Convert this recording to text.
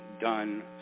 done